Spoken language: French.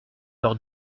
leur